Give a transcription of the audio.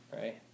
right